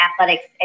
athletics